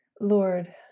Lord